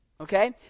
Okay